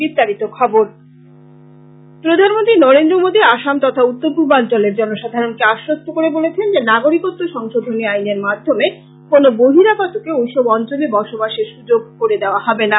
বিস্তারিত খবর প্রধানমন্ত্রী নরেন্দ্র মোদী আসাম তথা উত্তরপূর্বাঞ্চলের জনসাধারণকে আশ্বস্ত করে বলেছেন যে নাগরিকত্ব সংশোধনী আইনের মাধ্যমে কোনো বহিরাগতকে ঐসব অঞ্চলে বসবাসের সুযোগ করে দেওয়া হবেনা